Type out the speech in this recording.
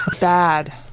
Bad